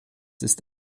ist